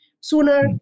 sooner